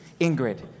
Ingrid